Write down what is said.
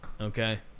okay